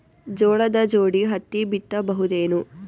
ಜೋಳದ ಜೋಡಿ ಹತ್ತಿ ಬಿತ್ತ ಬಹುದೇನು?